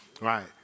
Right